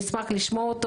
נשמח לשמוע אותו.